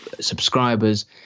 subscribers